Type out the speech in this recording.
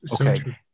Okay